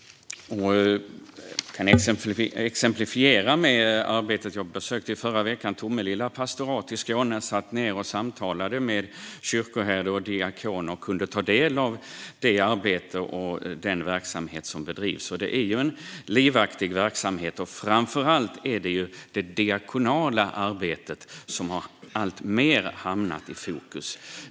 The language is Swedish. I förra veckan besökte jag Tomelilla pastorat i Skåne. Jag satt ned och samtalade med kyrkoherden och diakonen och kunde ta del av det arbete och den verksamhet som bedrivs. Det är en livaktig verksamhet. Framför allt har det diakonala arbetet hamnat alltmer i fokus.